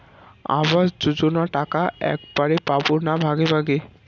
আবাস যোজনা টাকা একবারে পাব না ভাগে ভাগে?